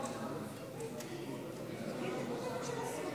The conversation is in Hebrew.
להעביר את הצעת